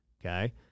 okay